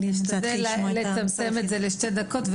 אשתדל להצטמצם לשתי דקות.